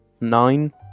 nine